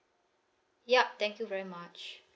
yup thank you very much